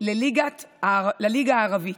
לליגה הערבית".